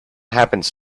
happens